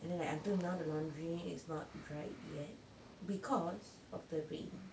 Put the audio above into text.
and then like until now the laundry is not dried yet because of the rain